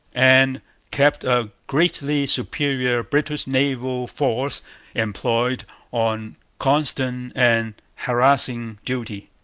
and kept a greatly superior british naval force employed on constant and harassing duty.